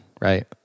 right